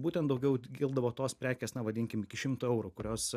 būtent daugiau kildavo tos prekės na vadinkim iki šimto eurų kurios